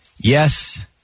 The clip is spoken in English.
Yes